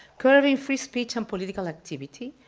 curbing free speech and political activity,